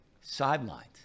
sidelines